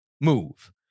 move